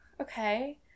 okay